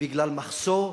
בגלל מחסור,